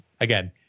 again